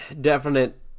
definite